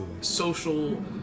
social